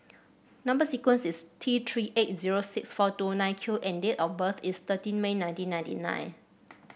number sequence is T Three eight zero six four two nine Q and date of birth is thirteen May nineteen ninety nine